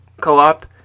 co-op